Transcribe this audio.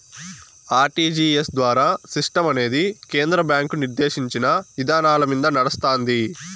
RTGS ద్వారా సిస్టమనేది కేంద్ర బ్యాంకు నిర్దేశించిన ఇదానాలమింద నడస్తాంది